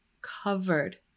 covered